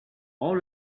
all